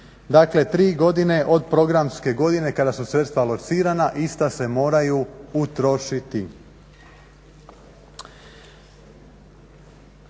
dakle tri godine od programske godine kada su sredstva locirana ista se moraju utrošiti.